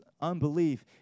unbelief